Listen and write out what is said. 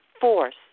force